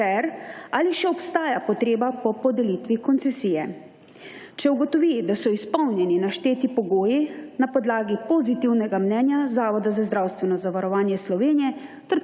ter ali še obstaja potreba po podelitvi koncesije. Če ugotovi, da so izpolnjeni našteti pogoji na podlagi pozitivnega mnenja zavoda za zdravstveno zavarovanje Slovenije